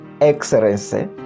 Excellency